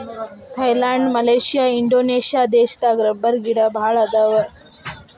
Thailand Malaysia Indonesia ದೇಶದಾಗ ರಬ್ಬರಗಿಡಾ ಬಾಳ ಅದಾವ